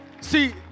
see